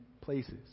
places